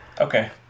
Okay